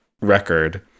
record